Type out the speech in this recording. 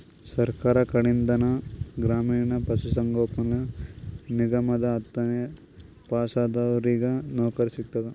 ಸರ್ಕಾರ್ ಕಡೀನ್ದ್ ಗ್ರಾಮೀಣ್ ಪಶುಸಂಗೋಪನಾ ನಿಗಮದಾಗ್ ಹತ್ತನೇ ಪಾಸಾದವ್ರಿಗ್ ನೌಕರಿ ಸಿಗ್ತದ್